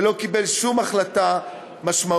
ולא קיבל שום החלטה משמעותית.